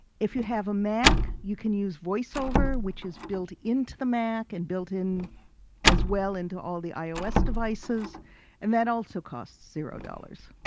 if you have a mac, you can use voiceover, which is built into the mac and build in as well into all the ios devices and that also costs zero dollars.